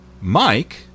Mike